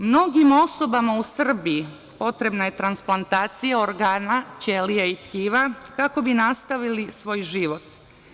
Mnogim osobama u Srbiji potrebna je transplantacija organa, ćelija i tkiva kako bi nastavili svoj život.